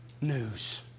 news